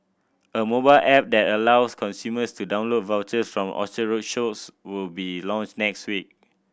a mobile app that allows consumers to download vouchers from Orchard Road shops will be launched next week